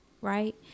right